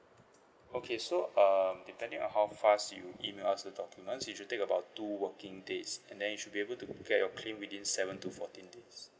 okay so um depending on how fast you email us the documents it should take about two working days and then you should be able to get your claim within seven to fourteen days